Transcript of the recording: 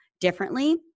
differently